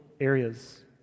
areas